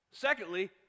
Secondly